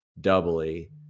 doubly